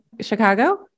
Chicago